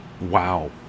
wow